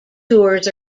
tours